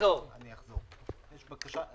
ביקשתי